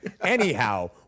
anyhow